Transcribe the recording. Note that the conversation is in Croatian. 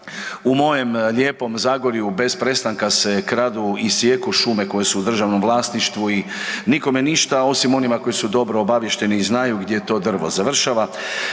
U moje lijepom Zagorju bez prestanka se kradu i sijeku šume koje su u državnom vlasništvu i nikome ništa osim onima koji su dobro obaviješteni i znaju gdje to drvo završava.